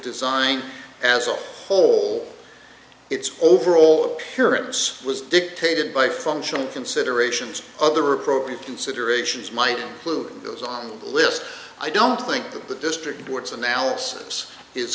design as a whole its overall appearance was dictated by functional considerations other appropriate considerations might prove those on the list i don't think the district